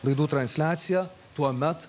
laidų transliacija tuomet